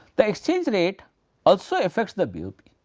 the exchange rate also affects the bop.